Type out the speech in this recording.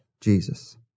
Jesus